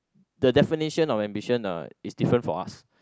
the definition of ambition uh is different for us